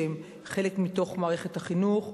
שהם חלק מתוך מערכת החינוך,